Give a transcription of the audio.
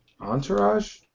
Entourage